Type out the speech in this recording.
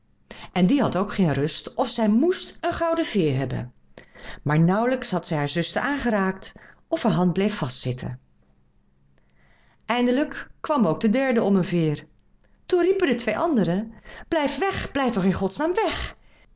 en die had ook geen rust of zij moest een gouden veêr hebben maar nauwelijks had zij haar zuster aangeraakt of haar hand bleef vastzitten eindelijk kwam ook de derde om een veêr toen riepen de twee anderen blijf weg blijf toch in godsnaam weg